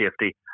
safety